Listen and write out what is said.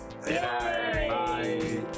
Bye